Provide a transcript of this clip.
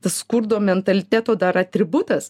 skurdo mentaliteto dar atributas